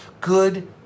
Good